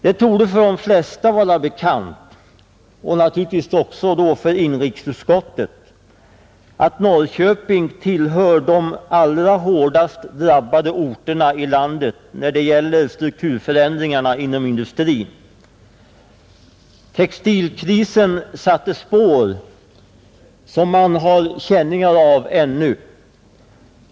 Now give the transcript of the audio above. Det torde för de flesta vara bekant — naturligtvis också för inrikesutskottet — att Norrköping tillhör de allra hårdast drabbade orterna i landet när det gäller strukturförändringarna inom industrin. Textilkrisen satte spår som man har känningar av ännu.